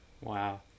Wow